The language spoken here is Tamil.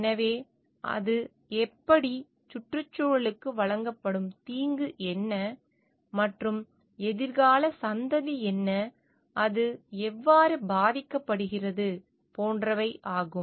எனவே அது எப்படி சுற்றுச்சூழலுக்கு வழங்கப்படும் தீங்கு என்ன மற்றும் எதிர்கால சந்ததி என்ன அது எவ்வாறு பாதிக்கப்படுகிறது போன்றவை ஆகும்